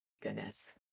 Goodness